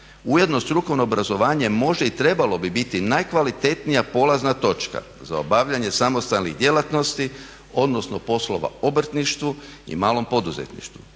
Ujedno strukovno obrazovanje može i trebalo bi biti najkvalitetnija polazna točka za obavljanje samostalnih djelatnosti odnosno poslova u obrtništvu i malom poduzetništvu.